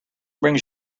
brings